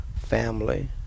family